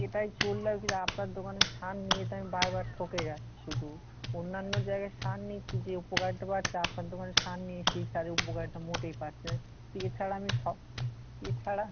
এটাই চললে আর কি তা আপনার দোকানের সার নিয়ে তো আমি বারবার ঠকে যাচ্ছি শুধু অন্যান্য জায়গার সার নিচ্ছি যে উপকারিতা পাচ্ছি আপনার দোকানে সার নিয়ে সেই সারের উপকারিতা মোটেই পাচ্ছি না তো এছাড়া আমি এছাড়া